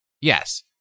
Yes